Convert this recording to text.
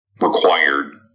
required